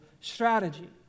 strategy